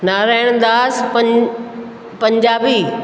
नारायणदास पं पंजाबी